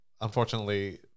unfortunately